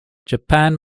japan